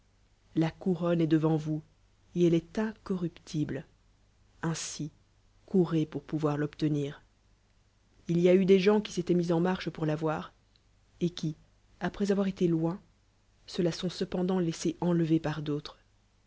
la couronne est'devaat vous et elle estincorruptible ainsi ourlu pour pouvoir l'ob tenir il y a en des gensqw étoient mis en marche poar l'avoir et qui après avoir été loin se la sont cependant laissé enlever par d'autres